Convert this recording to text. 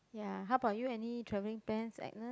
ya how about you any travelling plans Agnes